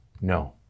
No